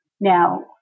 now